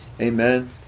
Amen